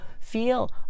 feel